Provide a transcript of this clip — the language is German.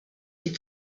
die